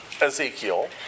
Ezekiel